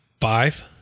five